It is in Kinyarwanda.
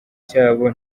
cyabo